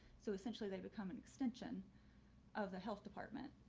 so essentially, they become an extension of the health department.